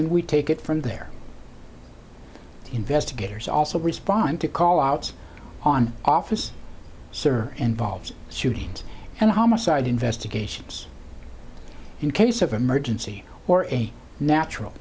and we take it from there investigators also respond to call outs on office sir and volves shootings and homicide investigations in case of emergency or a natural